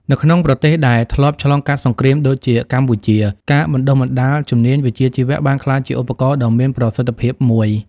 នៅក្នុងប្រទេសដែលធ្លាប់ឆ្លងកាត់សង្គ្រាមដូចជាកម្ពុជា ការបណ្តុះបណ្តាលជំនាញវិជ្ជាជីវៈបានក្លាយជាឧបករណ៍ដ៏មានប្រសិទ្ធភាពមួយ។